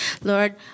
Lord